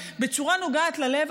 בצורה נוגעת ללב,